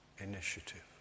initiative